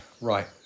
Right